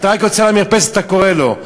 אתה רק יוצא למרפסת ואתה קורא לו.